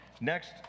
Next